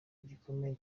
gikomeye